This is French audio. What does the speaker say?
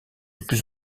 plus